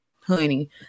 honey